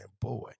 boy